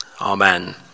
Amen